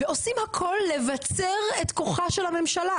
ועושים הכל לבצר את כוחה של הממשלה,